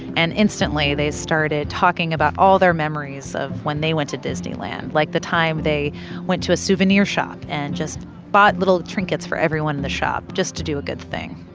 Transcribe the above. and instantly, they started talking about all their memories of when they went to disneyland, like the time they went to a souvenir shop and just bought little trinkets for everyone in the shop just to do a good thing.